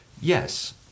Yes